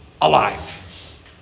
alive